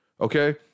Okay